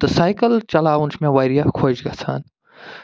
تہٕ سایکل چالاوُن چھُ مےٚ وارِیاہ خۄش گژھان